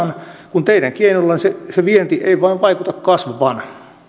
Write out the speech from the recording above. kun teidän keinoillanne se vienti ei vain vaikuta kasvavan